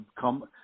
come